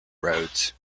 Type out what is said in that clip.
roads